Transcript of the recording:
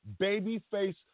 Babyface